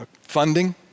funding